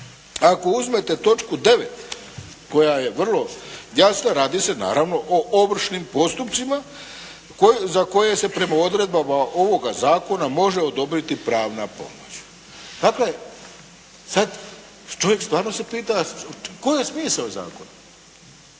ako uzmete točku 9. koja je vrlo jasna, radi se naravno o ovršnim postupcima za koje se prema odredbama ovoga zakona može odobriti pravna pomoć. Dakle, sad čovjek stvarno se pita, koji je smisao zakona?